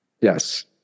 Yes